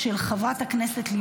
הודעה למזכירות.